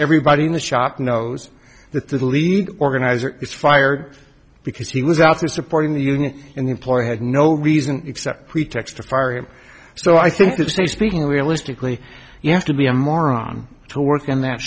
everybody in the shop knows that the lead organizer was fired because he was out there supporting the union and employer had no reason except pretext to fire him so i think the state speaking realistically you have to be a moron to work in that